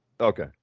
Okay